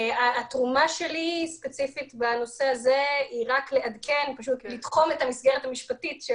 התרומה שלי ספציפית בנושא הזה היא רק לתחום את המסגרת המשפטית של